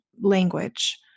language